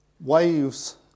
waves